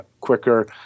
quicker